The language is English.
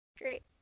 Great